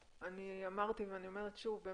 אמרתי ואני אומרת שוב,